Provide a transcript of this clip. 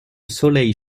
soleil